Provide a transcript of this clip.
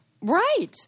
right